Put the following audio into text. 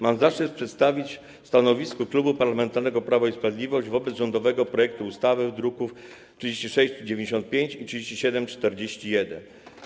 Mam zaszczyt przedstawić stanowisko Klubu Parlamentarnego Prawo i Sprawiedliwość wobec rządowego projektu ustawy z druków nr 3695 i 3741.